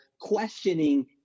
questioning